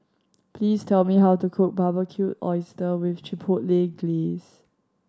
please tell me how to cook Barbecued Oyster with Chipotle Glaze